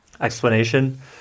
Explanation